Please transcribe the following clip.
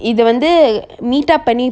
இது வந்து:ithu vanthu uh meet up பண்ணி:panni